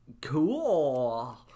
cool